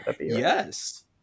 Yes